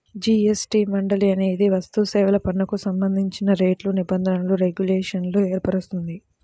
GST మండలి అనేది వస్తుసేవల పన్నుకు సంబంధించిన రేట్లు, నిబంధనలు, రెగ్యులేషన్లను ఏర్పరుస్తుంది